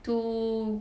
to